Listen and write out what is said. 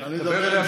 דבר אליי.